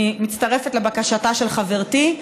אני מצטרפת לבקשתה של חברתי,